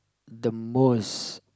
the most